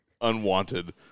unwanted